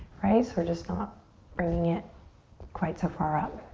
right? so we're just not bringing it quite so far up.